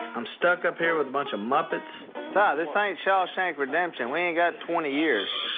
i'm stuck up here with a bunch of muppets ah this ain't shawshank redemption. we ain't got twenty years.